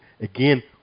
again